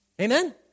Amen